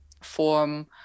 form